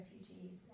refugees